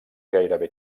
gairebé